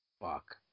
Fuck